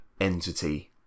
entity